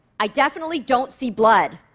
i definitely don't see blood.